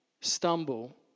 stumble